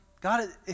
God